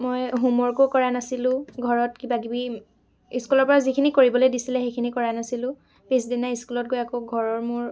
মই হোমৱৰ্কো কৰা নাছিলোঁ ঘৰত কিবা কিবি স্কুলৰ পৰা যিখিনি কৰিবলৈ দিছিলে সেইখিনি কৰা নাছিলোঁ পিছদিনা স্কুলত গৈ আকৌ ঘৰৰ মোৰ